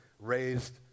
raised